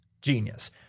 Genius